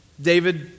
David